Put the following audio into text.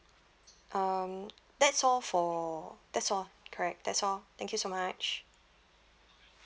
um that's all for that's all correct that's all thank you so much